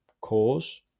cause